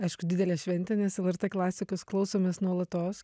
aišku didelė šventė nes lrt klasikos klausomės nuolatos